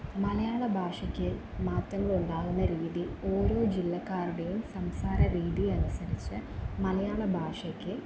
മലയാള ഭാഷയ്ക്ക് മാറ്റങ്ങളുണ്ടാകുന്ന രീതി ഓരോ ജില്ലക്കാരുടേയും സംസാരരീതി അനുസരിച്ച് മലയാള ഭാഷയ്ക്ക്